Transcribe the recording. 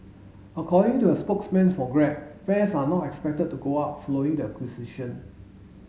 according to a spokesman for Grab fares are not expected to go up following the acquisition